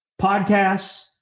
podcasts